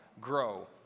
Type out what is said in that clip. grow